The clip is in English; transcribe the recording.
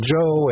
Joe